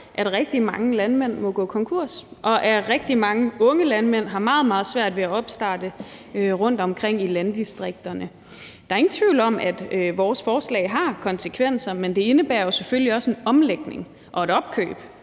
at rigtig mange landmænd må gå konkurs, og at rigtig mange unge landmænd har meget, meget svært ved at opstarte rundtomkring i landdistrikterne. Der er ingen tvivl om, at vores forslag har konsekvenser, men det indebærer jo selvfølgelig også en omlægning og et opkøb